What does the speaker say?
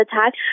attack